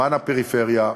למען הפריפריה,